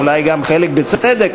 ואולי גם חלק בצדק,